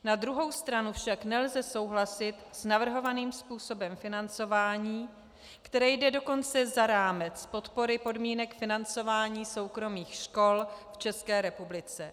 Na druhou stranu však nelze souhlasit s navrhovaným způsobem financování, které jde dokonce za rámec podpory podmínek financování soukromých škol v České republice.